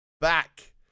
back